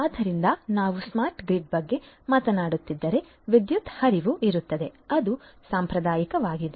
ಆದ್ದರಿಂದ ನಾವು smart grid ಬಗ್ಗೆ ಮಾತನಾಡುತ್ತಿದ್ದರೆ ವಿದ್ಯುತ್ ಹರಿವು ಇರುತ್ತದೆ ಅದು ಸಾಂಪ್ರದಾಯಿಕವಾಗಿದೆ